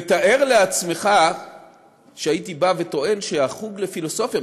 ותאר לעצמך שהייתי בא וטוען שהחוג לפילוסופיה,